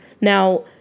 Now